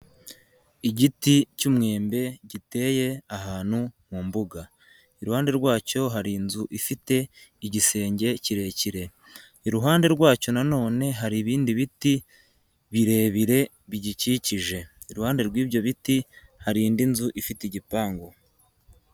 Igiti cy'umwembe giteye ahantu mu mbuga, iruhande rwacyo hari inzu ifite igisenge kirekire, iruhande rwacyo nanone hari ibindi biti birebire bigikikije, iruhande rw'ibyo biti hari indi nzu ifite igipangu.